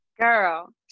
girl